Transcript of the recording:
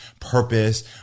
purpose